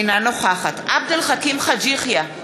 אינה נוכחת עבד אל חכים חאג' יחיא,